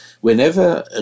Whenever